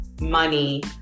money